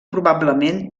probablement